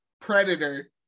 predator